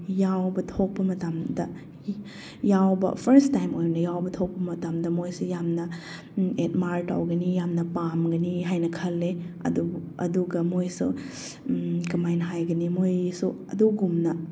ꯌꯥꯎꯕ ꯊꯣꯛꯄ ꯃꯇꯝꯗ ꯌꯥꯎꯕ ꯐꯥꯔꯁ ꯇꯥꯏꯝ ꯑꯣꯏꯅ ꯌꯥꯎꯕ ꯊꯣꯛꯄ ꯃꯇꯝꯗ ꯃꯣꯏꯁꯦ ꯌꯥꯝꯅ ꯑꯦꯠꯃꯥꯏꯔ ꯇꯧꯒꯅꯤ ꯌꯥꯝꯅ ꯄꯥꯝꯒꯅꯤ ꯍꯥꯏꯅ ꯈꯜꯂꯦ ꯑꯗꯨ ꯑꯗꯨꯒ ꯃꯣꯏꯁꯨ ꯀꯃꯥꯏꯅ ꯍꯥꯏꯒꯅꯤ ꯃꯣꯏꯁꯨ ꯑꯗꯨꯒꯨꯝꯅ